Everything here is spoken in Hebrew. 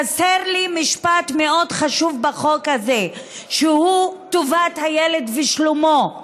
חסר לי משפט מאוד חשוב בחוק הזה שהוא טובת הילד ושלומו.